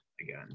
again